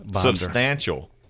substantial